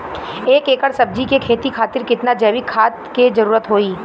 एक एकड़ सब्जी के खेती खातिर कितना जैविक खाद के जरूरत होई?